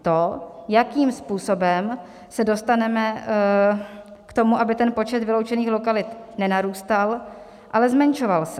To, jakým způsobem se dostaneme k tomu, aby ten počet vyloučených lokalit nenarůstal, ale zmenšoval se.